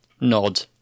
nod